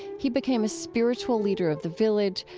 he became a spiritual leader of the village,